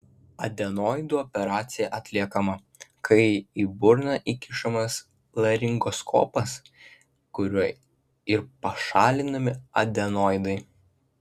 adenoidų operacija atliekama kai į burną įkišamas laringoskopas kuriuo ir pašalinami adenoidai